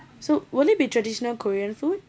so will it be traditional korean food